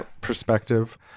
perspective